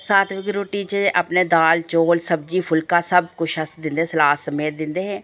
सात्विक रुट्टी च अपने दाल चौल सब्जी फुल्का सब किश अस दिंदे सलाद समेत दिंदे हे